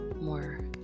more